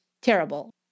terrible